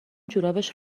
جورابش